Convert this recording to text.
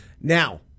Now